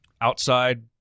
outside